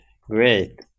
great